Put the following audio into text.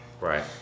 Right